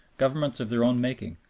governments of their own making,